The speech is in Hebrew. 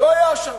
לא היה שם.